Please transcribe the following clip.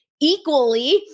equally